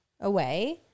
away